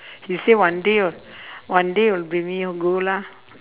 he say one day one day will bring me go lah